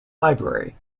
library